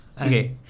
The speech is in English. Okay